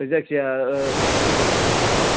बे जायखिजाया ओह आह